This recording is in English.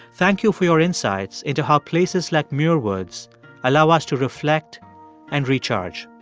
thank you for your insights into how places like muir woods allow us to reflect and recharge